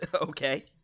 Okay